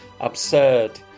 absurd